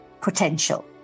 potential